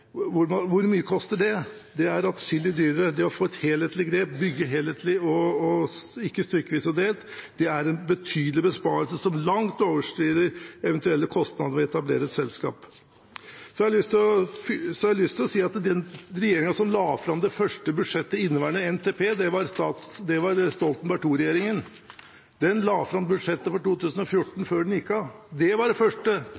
hvor mye koster det? Det er atskillig dyrere. Det å få et helhetlig grep, bygge helhetlig og ikke stykkevis og delt, er en betydelig besparelse som langt overskrider eventuelle kostnader ved å etablere et selskap. Så har jeg lyst til å si at den regjeringen som la fram det første budsjettet i inneværende NTP, var Stoltenberg II-regjeringen. Den la fram budsjettet for 2014 før den gikk av. Det var det første